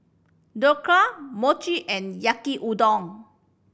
Dhokla Mochi and Yaki Udon